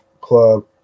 club